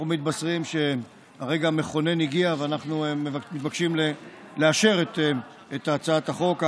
אנחנו מתבשרים שהרגע המכונן הגיע ואנחנו מתבקשים לאשר את הצעת החוק,